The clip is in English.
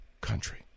country